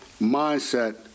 mindset